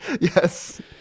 Yes